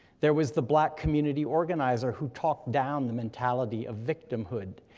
there was the black community organizer who talked down the mentality of victimhood,